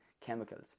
chemicals